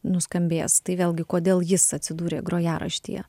nuskambės tai vėlgi kodėl jis atsidūrė grojaraštyje